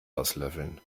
auslöffeln